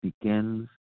begins